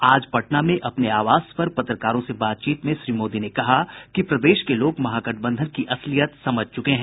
आज पटना में अपने आवास पर पत्रकारों से बातचीत में श्री मोदी ने कहा कि प्रदेश के लोग महागठबंधन की असलियत समझ चुके हैं